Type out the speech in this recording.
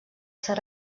ser